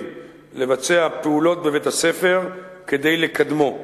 לבצע פעולות בבית-הספר כדי לקדמו.